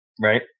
right